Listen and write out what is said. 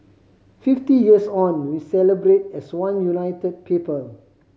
fifty years on we celebrate as one united people